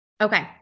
okay